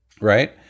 right